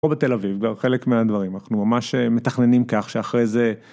פה בתל אביב כבר חלק מהדברים אנחנו ממש מתכננים כך שאחרי זה.